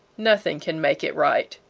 nothing can make it right.